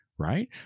Right